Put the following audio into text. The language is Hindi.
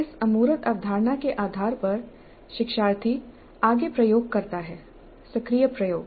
इस अमूर्त अवधारणा के आधार पर शिक्षार्थी आगे प्रयोग करता है सक्रिय प्रयोग